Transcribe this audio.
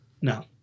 No